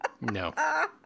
No